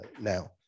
now